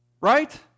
Right